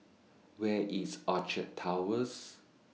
Where IS Orchard Towers